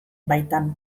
baitan